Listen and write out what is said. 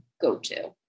go-to